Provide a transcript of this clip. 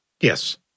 Yes